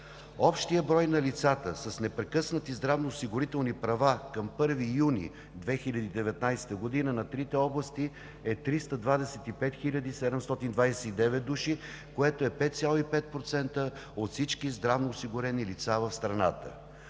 Общият брой на лицата с непрекъснати здравноосигурителни права към 1 юни 2019 г. на трите области е 325 729 души, което е 5,5% от всички здравноосигурени лица в страната.